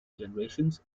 generations